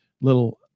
little